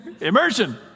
Immersion